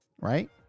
right